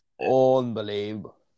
unbelievable